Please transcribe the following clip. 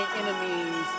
enemies